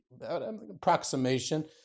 approximation